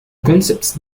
concepts